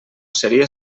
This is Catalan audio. seria